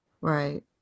Right